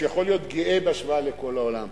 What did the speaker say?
הוא יכול להיות גאה בהשוואה לכל העולם.